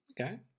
Okay